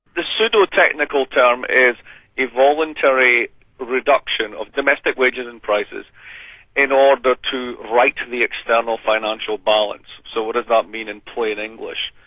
the pseudo-technical term is a voluntary reduction of domestic wages and prices in order to right the external financial balance. so what does that mean in plain english?